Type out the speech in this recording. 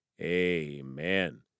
Amen